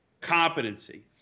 competency